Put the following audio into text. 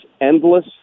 endless